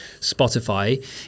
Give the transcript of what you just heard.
Spotify